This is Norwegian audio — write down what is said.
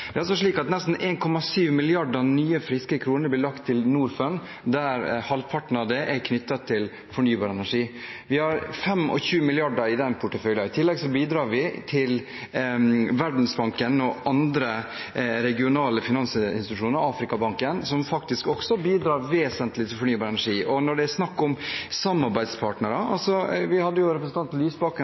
Det er altså slik at nesten 1,7 mrd. nye, friske kroner blir lagt til Norfund, der halvparten av det er knyttet til fornybar energi. Vi har 25 mrd. kr i den porteføljen. I tillegg bidrar vi til Verdensbanken og andre regionale finansinstitusjoner og Afrikabanken, som faktisk også bidrar vesentlig til fornybar energi. Når det er snakk om samarbeidspartnere – representanten Lysbakken var jo